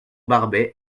barbey